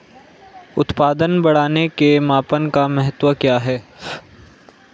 उत्पादन बढ़ाने के मापन का महत्व क्या है?